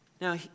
Now